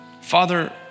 Father